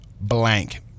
blank